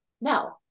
No